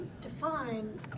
define